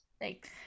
Thanks